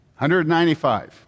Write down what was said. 195